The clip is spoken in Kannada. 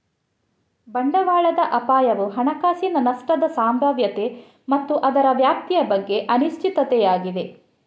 ಬಂಡವಾಳದ ಅಪಾಯವು ಹಣಕಾಸಿನ ನಷ್ಟದ ಸಂಭಾವ್ಯತೆ ಮತ್ತು ಅದರ ವ್ಯಾಪ್ತಿಯ ಬಗ್ಗೆ ಅನಿಶ್ಚಿತತೆಯಾಗಿದೆ